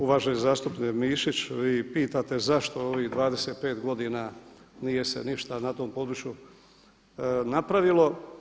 Uvaženi zastupniče Mišić, vi pitate zašto ovih 25 godina nije se ništa na tom području napravilo.